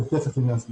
אני חושב